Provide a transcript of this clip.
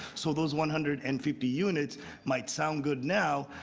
so those one hundred and fifty units might sound good now,